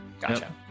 gotcha